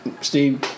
Steve